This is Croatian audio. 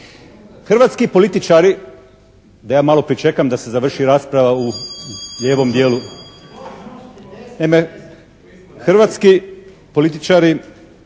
Hrvatski političari, da ja malo pričekam da se završi rasprava u lijevom dijelu? Naime, hrvatski političari